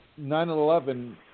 9/11